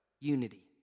unity